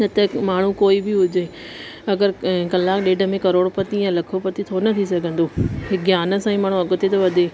न त माण्हू कोई बि हुजे अगरि अयं कलाकु ॾेढ में करोड़पति या लखोपति छो न थी सघंदो हीअ ज्ञान सां ई माण्हू अॻिते थो वधे